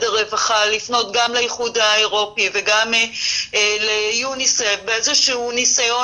הרווחה לפנות גם לאיחוד האירופי וגם ליוניסף באיזשהו ניסיון,